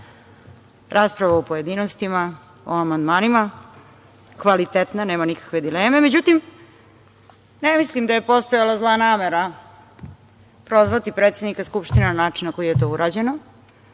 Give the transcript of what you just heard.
Rasprava je u pojedinostima, o amandmanima, kvalitetna je, nema nikakve dileme. Međutim, ne mislim da je postojala zla namera prozvati predsednika Skupštine na način na koji je to urađeno.